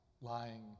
lying